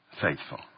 Faithful